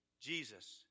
Jesus